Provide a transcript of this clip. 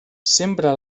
sembra